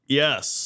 yes